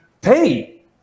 pay